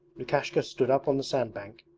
lukashka stood up on the sandbank,